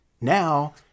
Now